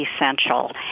essential